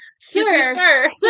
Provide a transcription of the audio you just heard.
sure